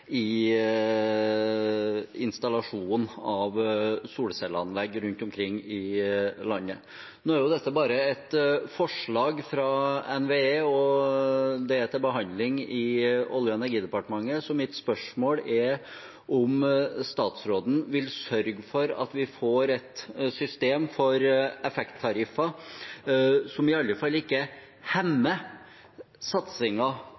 av solcelleanlegg rundt omkring i landet. Nå er dette bare et forslag fra NVE, og det er til behandling i Olje- og energidepartementet. Mitt spørsmål er om statsråden vil sørge for at vi får et system for effekttariffer som i alle fall ikke